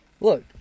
Look